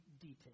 detail